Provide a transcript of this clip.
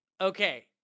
okay